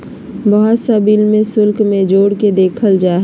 बहुत सा बिल में शुल्क के जोड़ के देखल जा हइ